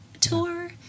tour